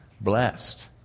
blessed